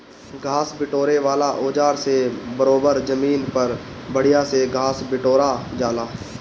घास बिटोरे वाला औज़ार से बरोबर जमीन पर बढ़िया से घास बिटोरा जाला